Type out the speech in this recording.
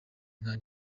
nka